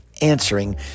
answering